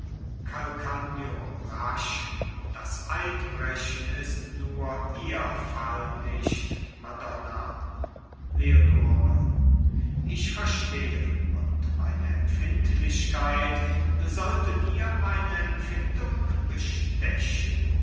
calcagno rasch das eidbrechen ist nur ihr fall nicht madonna leonore ich verstehe und meine empfindlichkeit sollte dir meine empfindung bestechen